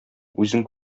үзең